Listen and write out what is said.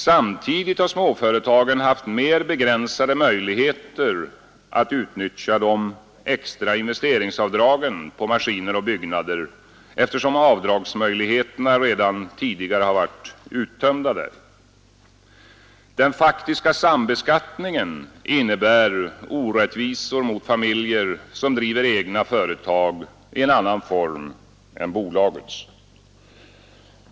Samtidigt har småföretagen haft mer begränsade möjligheter att utnyttja de extra investeringsavdragen för maskiner och byggnader, eftersom avdragsmöjligheterna redan tidigare har varit uttömda. Den faktiska sambeskattningen innebär orättvisor mot familjer som driver egna företag i annan form än bolagets.